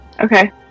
Okay